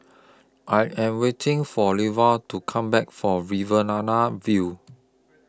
I Am waiting For Lovie to Come Back For View